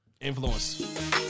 Influence